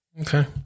Okay